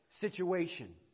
situation